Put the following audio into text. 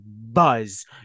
buzz